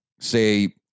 say-